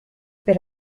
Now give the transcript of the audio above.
per